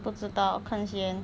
不知道看先